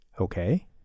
Okay